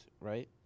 right